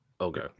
Okay